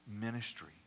ministry